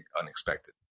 unexpected